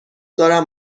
دارم